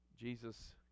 Jesus